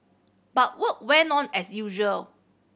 but work went on as usual